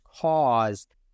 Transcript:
caused